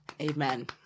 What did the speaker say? Amen